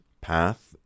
path